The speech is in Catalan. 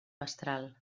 mestral